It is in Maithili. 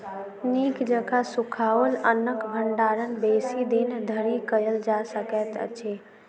नीक जकाँ सुखाओल अन्नक भंडारण बेसी दिन धरि कयल जा सकैत अछि